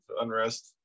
unrest